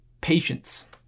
patience